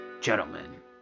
gentlemen